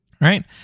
Right